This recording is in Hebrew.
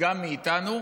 גם מאיתנו,